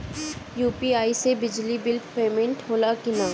UPI से बिजली bill payment होला कि न?